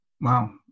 Wow